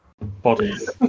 bodies